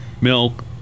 milk